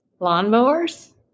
Lawnmowers